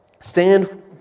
Stand